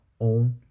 own